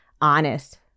honest